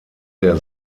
der